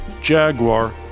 Jaguar